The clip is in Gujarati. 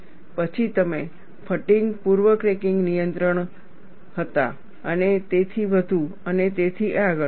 પછી તમે ફટીગ પૂર્વ ક્રેકીંગ નિયંત્રણ ો હતા અને તેથી વધુ અને તેથી આગળ